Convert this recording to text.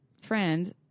friend